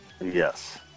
Yes